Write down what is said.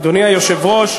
אדוני היושב-ראש,